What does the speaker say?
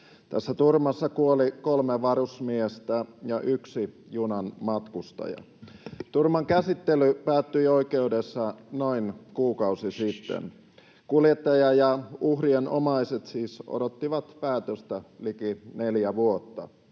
Tässä turmassa kuoli kolme varusmiestä ja yksi junan matkustaja. Turman käsittely päättyi oikeudessa noin kuukausi sitten. Kuljettaja ja uhrien omaiset siis odottivat päätöstä liki neljä vuotta.